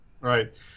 Right